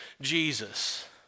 Jesus